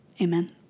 amen